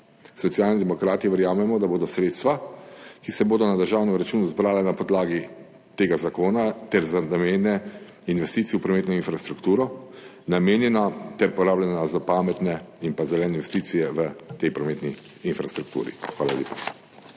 Socialni demokrati verjamemo, da bodo sredstva, ki se bodo na državnem računu zbrala na podlagi tega zakona ter za namene investicij v prometno infrastrukturo, namenjena ter porabljena za pametne in pa zelene investicije v tej prometni infrastrukturi. Hvala lepa.